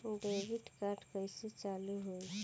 Debit card कइसे चालू होई?